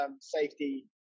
safety